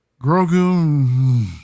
Grogu